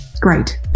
Great